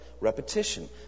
Repetition